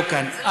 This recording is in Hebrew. לא כאן,